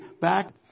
back